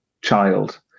child